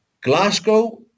Glasgow